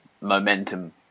momentum